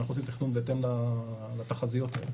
אנחנו עושים תכנון בהתאם לתחזיות האלה.